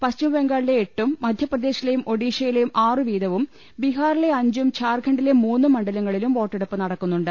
പശ്ചിമബംഗാളിലെ എട്ടും മധ്യപ്രദേശിലെയും ഒഡീഷ യിലെയും ആറു വീതവും ബിഹാറിലെ അഞ്ചും ഝാർഖ ണ്ഡിലെ മൂന്നും മണ്ഡലങ്ങളിലും വോട്ടെടുപ്പ് നടക്കുന്നുണ്ട്